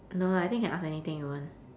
no lah I think you can ask anything you want